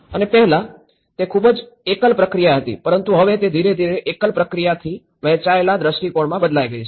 અને પહેલાં તે ખૂબ જ એકલ પ્રક્રિયા હતી પરંતુ હવે તે ધીરે ધીરે એકલ પ્રક્રિયાથી વહેંચાયેલા દ્રષ્ટિકોણોમાં બદલાઈ ગઈ છે